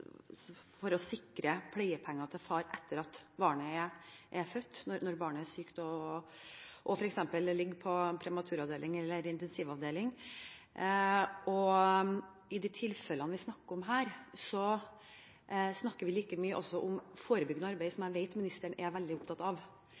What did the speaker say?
for å sikre pleiepenger til far etter at barnet er født – når barnet er sykt og f.eks. ligger på prematuravdeling eller intensivavdeling. I de tilfellene vi snakker om her, snakker vi like mye om forebyggende arbeid, som